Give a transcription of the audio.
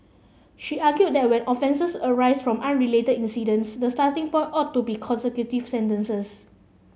she argued that when offences arise from unrelated incidents the starting point ought to be consecutive sentences